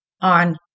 on